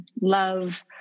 love